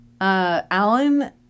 Alan